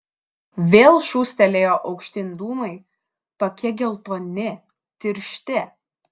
vėl šūstelėjo aukštyn dūmai tokie geltoni tiršti